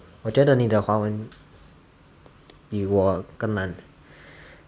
我觉得你的华文比我更烂